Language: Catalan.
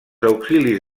auxilis